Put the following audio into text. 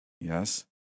Yes